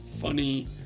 funny